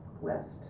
west